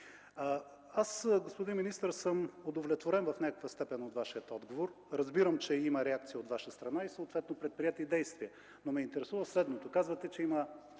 Господин министър, аз съм удовлетворен в някаква степен от Вашия отговор. Разбирам, че има реакция от Ваша страна и съответно предприети действия. Но ме интересува следното. Казвате, че има